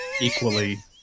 Equally